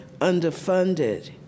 underfunded